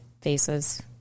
faces